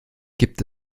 gibt